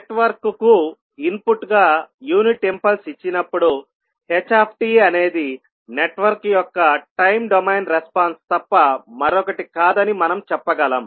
నెట్వర్క్కు ఇన్పుట్గా unit impulse ఇచ్చినప్పుడు ht అనేది నెట్వర్క్ యొక్క టైం డొమైన్ రెస్పాన్స్ తప్ప మరొకటి కాదని మనం చెప్పగలం